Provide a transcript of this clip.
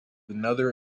another